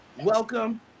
Welcome